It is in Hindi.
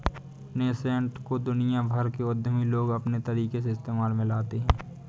नैसैंट को दुनिया भर के उद्यमी लोग अपने तरीके से इस्तेमाल में लाते हैं